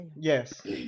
Yes